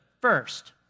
first